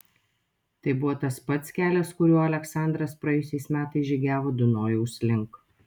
tai buvo tas pats kelias kuriuo aleksandras praėjusiais metais žygiavo dunojaus link